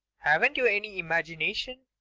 haven't you any imagination?